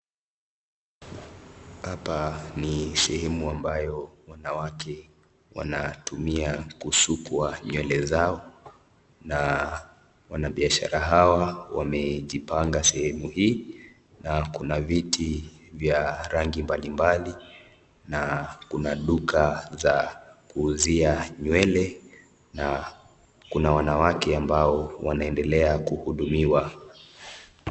Hapa ni sehemu ambayo wanawake wanatumia kusukwa nywele zao na wafanyabiashara hawa wamejipanga sehemu hii na kuna viti vya rangi mbalimbali na kuna duka za kuuzia nywele na kuna wanawake ambao wanaendelea kuhudumiwa.